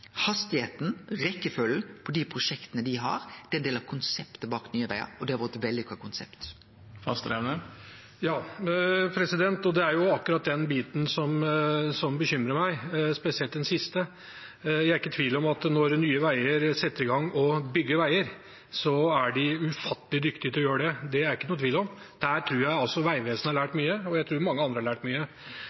på dei prosjekta dei har. Det er ein del av konseptet bak Nye Vegar, og det har vore eit vellykka konsept. Det er akkurat den biten som bekymrer meg, spesielt det siste. Jeg er ikke i tvil om at når Nye Veier setter i gang og bygger veier, er de ufattelig dyktige til å gjøre det. Det er det ikke noen tvil om. Der tror jeg Vegvesenet har lært mye, og jeg tror mange andre har lært mye.